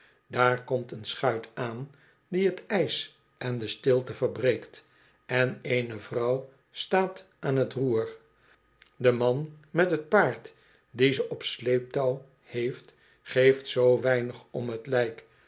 daar komt een schuit aan die t ijs en de stilte verbreekt en eene vrouw staat aan t roer do man met het paard die ze op sleeptouw heeft geeft zoo weinig om t lijk